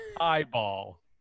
eyeball